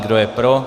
Kdo je pro?